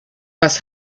was